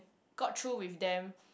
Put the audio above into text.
got through with them